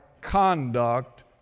conduct